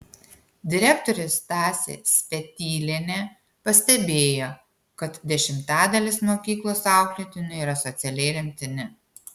direktorė stasė spetylienė pastebėjo kad dešimtadalis mokyklos auklėtinių yra socialiai remtini